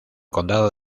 condado